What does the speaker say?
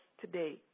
today